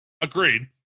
Agreed